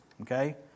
okay